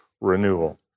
renewal